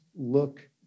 look